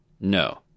No